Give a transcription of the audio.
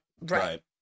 right